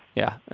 yeah